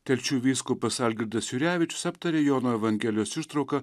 telšių vyskupas algirdas jurevičius aptarė jono evangelijos ištrauką